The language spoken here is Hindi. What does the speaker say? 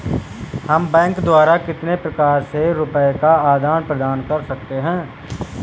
हम बैंक द्वारा कितने प्रकार से रुपये का आदान प्रदान कर सकते हैं?